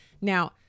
Now